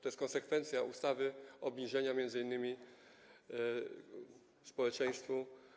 To jest konsekwencja ustawy, obniżenia tego m.in. społeczeństwu.